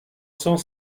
cent